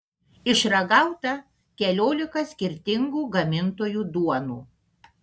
išragauta keliolika skirtingų gamintojų duonų